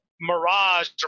mirage